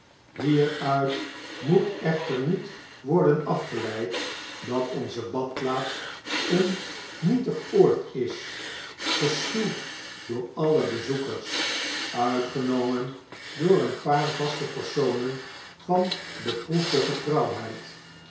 hieruit moet echter niet worden afgeleid dat onze badplaats een nietig oord is geschuwd door alle bezoekers uitgenomen door een paar vaste personen van beproefde